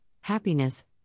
happiness